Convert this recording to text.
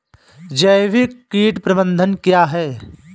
जैविक कीट प्रबंधन क्या है?